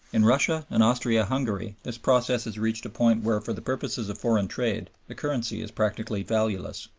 in russia and austria-hungary this process has reached a point where for the purposes of foreign trade the currency is practically valueless.